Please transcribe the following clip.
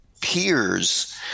peers